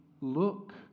look